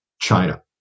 China